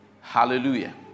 Hallelujah